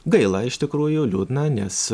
gaila iš tikrųjų liūdna nes